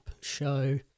show